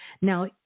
now